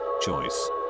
choice